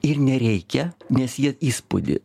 ir nereikia nes jie įspūdį